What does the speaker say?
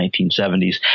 1970s